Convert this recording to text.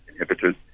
inhibitors